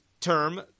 term